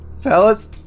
fellas